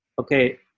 Okay